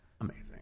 amazing